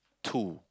two